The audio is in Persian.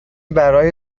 برای